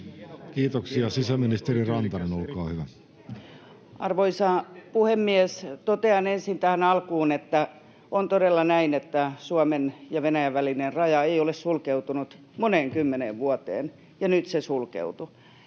kesk) Time: 16:35 Content: Arvoisa puhemies! Totean ensin tähän alkuun, että on todella näin, että Suomen ja Venäjän välinen raja ei ole sulkeutunut moneen kymmeneen vuoteen ja nyt se sulkeutui.